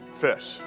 fish